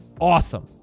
awesome